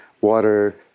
water